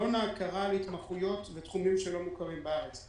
במנגנון ההכרה בהתמחויות ובתחומים שלא מוכרים בארץ.